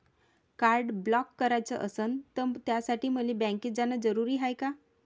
Card block कराच असनं त त्यासाठी मले बँकेत जानं जरुरी हाय का?